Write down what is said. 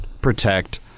protect